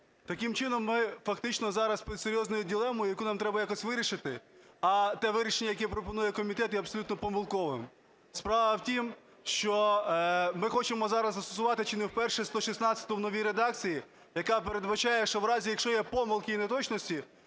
Таким чином ми, фактично, зараз під серйозною дилемою, яку нам треба якось вирішити. А те вирішення, яке пропонує комітет, є абсолютно помилковим. Справа в тім, що ми хочемо зараз застосувати, чи не вперше, 116-у в новій редакції. Яка передбачає, що в разі, якщо є помилки і неточності,